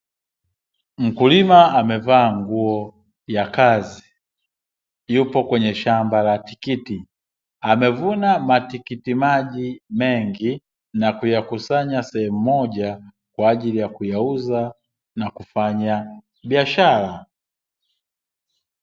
Mkulima amevaa nguo ya kazi, yuko kwenye shamba la tikiti, amevuna matikiti maji mengi na kuyakusanya sehemu moja kwa ajili ya kuyauza na kufanya biashara.